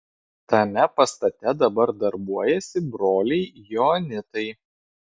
tame pastate dabar darbuojasi broliai joanitai